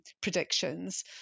predictions